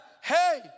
hey